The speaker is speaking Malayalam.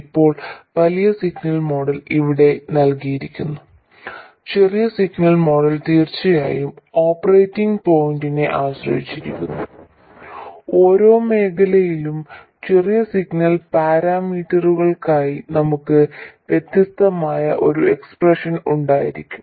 ഇപ്പോൾ വലിയ സിഗ്നൽ മോഡൽ ഇവിടെ നൽകിയിരിക്കുന്നു ചെറിയ സിഗ്നൽ മോഡൽ തീർച്ചയായും ഓപ്പറേറ്റിംഗ് പോയിന്റിനെ ആശ്രയിച്ചിരിക്കുന്നു ഓരോ മേഖലയിലും ചെറിയ സിഗ്നൽ പരാമീറ്ററുകൾക്കായി നമുക്ക് വ്യത്യസ്തമായ ഒരു എക്സ്പ്രഷൻ ഉണ്ടായിരിക്കും